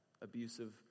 abusive